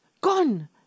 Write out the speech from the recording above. gone